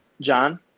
John